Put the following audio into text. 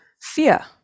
fear